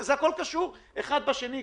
זה הכול קשור אחד בשני.